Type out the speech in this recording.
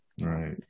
Right